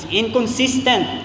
inconsistent